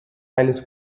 eines